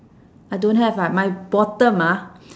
I don't have ah but my bottom ah